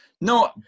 No